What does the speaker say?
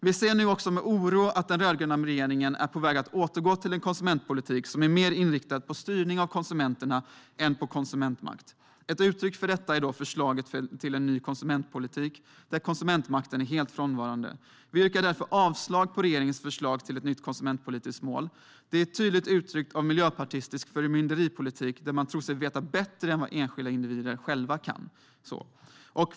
Vi ser nu med oro på att den rödgröna regeringen är på väg att återgå till en konsumentpolitik som är mer inriktad på styrning av konsumenterna än på konsumentmakt. Ett uttryck för detta är förslaget till en ny konsumentpolitik där konsumentmakten är helt frånvarande. Vi yrkar därför avslag på regeringens förslag till ett nytt konsumentpolitiskt mål. Det är ett tydligt uttryck för miljöpartistisk förmynderipolitik där man tror sig veta bättre än vad enskilda individer själva gör.